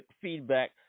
feedback